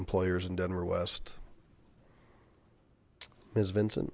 employers in denver west is vincent